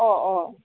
অঁ অঁ